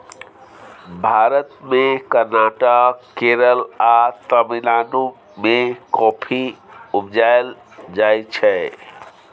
भारत मे कर्नाटक, केरल आ तमिलनाडु मे कॉफी उपजाएल जाइ छै